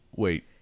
Wait